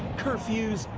curfews,